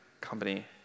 company